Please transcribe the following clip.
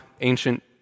ancient